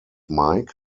mike